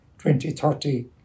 2030